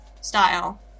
style